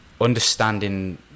understanding